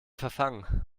verfangen